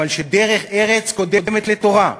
אבל שדרך ארץ קודמת לתורה,